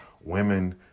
women